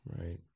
Right